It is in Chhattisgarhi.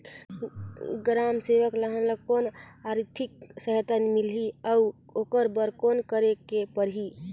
ग्राम सेवक ल हमला कौन आरथिक सहायता मिलही अउ ओकर बर कौन करे के परही?